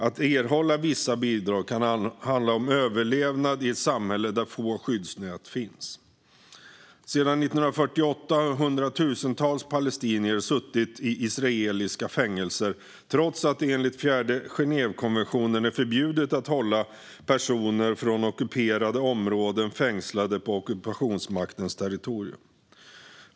Att erhålla vissa bidrag kan handla om överlevnad i ett samhälle där få skyddsnät finns. Sedan 1948 har hundratusentals palestinier suttit i israeliska fängelser trots att det enligt fjärde Genèvekonventionen är förbjudet att hålla personer från ockuperade områden fängslade på ockupationsmaktens territorium.